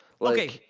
Okay